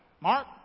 Mark